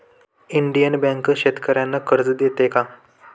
Indian bank शेतकर्यांना कर्ज देते का?